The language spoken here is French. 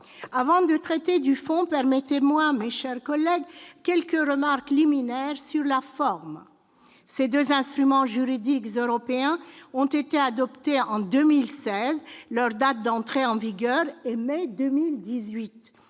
Avant de traiter du fond, permettez-moi, mes chers collègues, quelques remarques liminaires sur la forme. Ces deux instruments juridiques européens ont été adoptés en 2016, leur entrée en vigueur étant